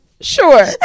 sure